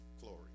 glory